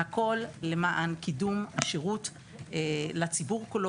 והכול למען קידום השירות לציבור כולו